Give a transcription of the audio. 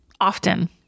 often